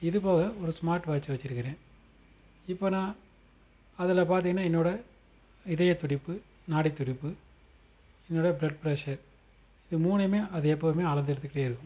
இதுபோக ஒரு smart watch வச்சிருக்கிறேன் இப்போ நான் அதில் பார்த்தீங்கன்னா என்னோடய இதயத்துடிப்பு நாடித்துடிப்பு என்னோடய ப்ளட் ப்ரஷ்ஷர் இது மூணுமே அது எப்போவுமே அளந்தெடுத்துகிட்டே இருக்கும்